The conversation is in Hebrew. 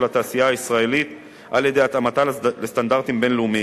התעשייה הישראלית על-ידי התאמתה לסטנדרטים בין-לאומיים.